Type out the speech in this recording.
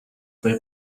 твой